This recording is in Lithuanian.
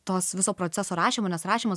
tos viso proceso rašymo nes rašymas